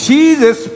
Jesus